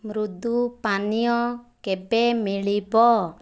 ମୃଦୁ ପାନୀୟ କେବେ ମିଳିବ